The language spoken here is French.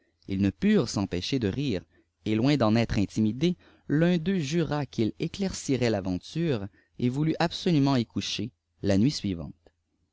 ils ne pujent s'empêcher de rire eî loin d'en être iiitimidê y un d'eux jura qu'il çclairciraît taventurfï ii voulut absoiiiment y coucher la nuit suivante